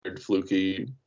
fluky